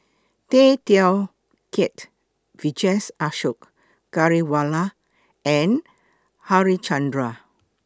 Tay Teow Kiat Vijesh Ashok Ghariwala and Harichandra